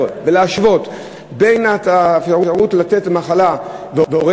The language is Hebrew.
ולהשוות את האפשרויות לתת ימי מחלה להורה,